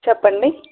చెప్పండి